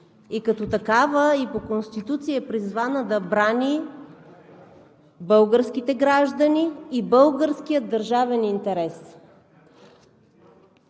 власт и по Конституция е призвана да брани българските граждани и българския държавен интерес.